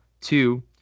two